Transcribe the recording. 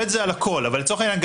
אבל לצורך העניין,